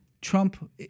Trump